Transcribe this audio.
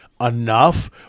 enough